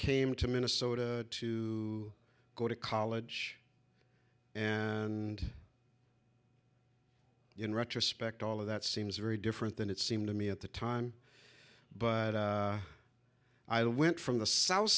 came to minnesota to go to college and in retrospect all of that seems very different than it seemed to me at the time but i went from the south